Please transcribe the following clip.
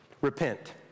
Repent